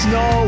no